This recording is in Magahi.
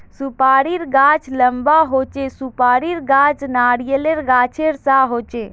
सुपारीर गाछ लंबा होचे, सुपारीर गाछ नारियालेर गाछेर सा होचे